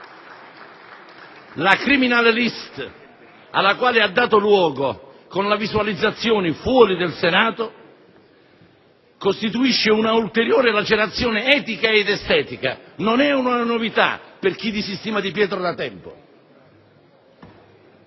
La *criminal* *list*, alla quale ha dato luogo con la visualizzazione fuori del Senato, costituisce una ulteriore lacerazione etica ed estetica; non è una novità, per chi disistima Di Pietro da tempo.